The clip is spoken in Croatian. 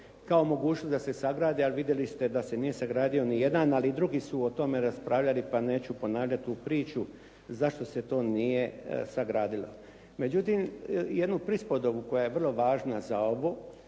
kao mogućnost da se sagrade, ali vidjeli ste da se nije sagradio nijedan, ali drugi su o tome raspravljali, pa neću ponavljati tu priču, zašto se to nije sagradilo. Međutim, jednu prispodobu koja je vrlo važna za ovo,